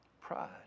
Pride